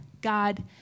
God